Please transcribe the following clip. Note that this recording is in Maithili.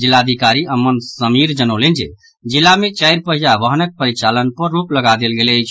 जिलाधिकारी अमन समीर जनौलनि जे जिला मे चारि पहिया वाहनक परिचालन पर रोक लगा देल गेल अछि